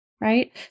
right